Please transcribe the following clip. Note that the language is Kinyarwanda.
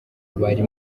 bari